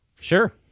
Sure